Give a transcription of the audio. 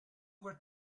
were